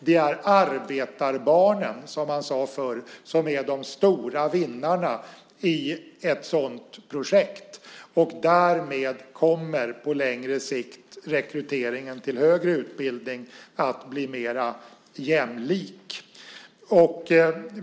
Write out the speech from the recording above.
Det är arbetarbarnen, som man sade förr, som är de stora vinnarna i ett sådant projekt. Därmed kommer rekryteringen till högre utbildning att bli mer jämlik på längre sikt.